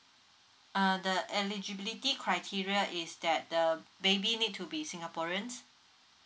uh the eligibility criteria is that the baby need to be singaporeans